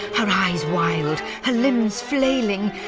her eyes wild, her limbs flailing!